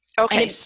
Okay